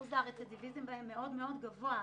שאחוז הרצידביזם בהם מאוד מאוד גבוה.